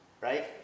right